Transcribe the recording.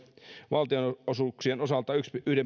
valtionosuuksien osalta yhden pilkku